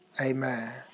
Amen